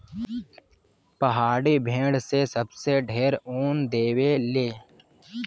पहाड़ी भेड़ से सबसे ढेर ऊन देवे ले